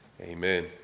Amen